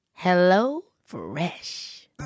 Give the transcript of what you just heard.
HelloFresh